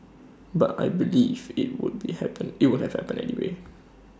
but I believe IT would be happened IT would happened anyway